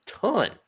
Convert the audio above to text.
ton